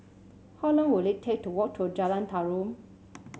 how long will it take to walk to Jalan Tarum